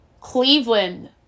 Cleveland